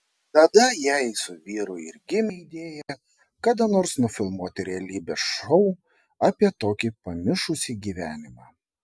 tada jai su vyru ir gimė idėja kada nors nufilmuoti realybės šou apie tokį pamišusį gyvenimą